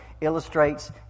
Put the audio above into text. illustrates